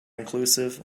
inclusive